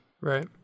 Right